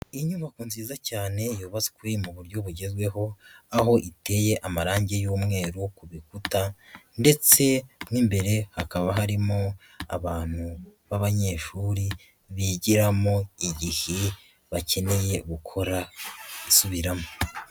Inyubako nziza cyane yubatswe mu buryo bugezweho, aho iteye amarangi y'umweru ku bikuta ndetse mo imbere hakaba harimo abantu b'abanyeshuri bigiramo igihe bakeneye gukora isubiramo.